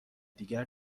دیگر